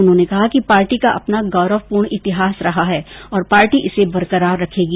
उन्होंने कहा कि पार्टी का अपना गौरवपूर्ण इतिहास रहा है और पार्टी इसे बरकरार रखेगी